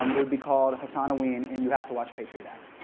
um it would be called hasanoween and you'd have to watch patriot act.